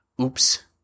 Oops